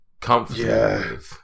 comfortable